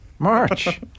March